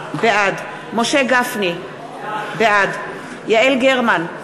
בעד משה גפני, בעד יעל גרמן,